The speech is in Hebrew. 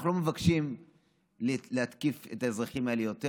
אנחנו לא מבקשים להתקיף את האזרחים האלה יותר.